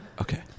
Okay